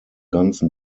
ganzen